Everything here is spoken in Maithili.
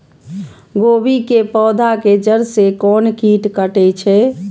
गोभी के पोधा के जड़ से कोन कीट कटे छे?